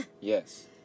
Yes